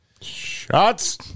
Shots